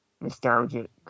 nostalgic